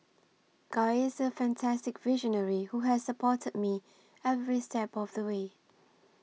guy is a fantastic visionary who has supported me every step of the way